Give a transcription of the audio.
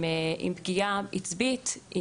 עם פגיעה עצבית,